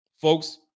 folks